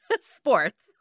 sports